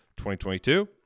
2022